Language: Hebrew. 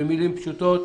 במילים פשוטות,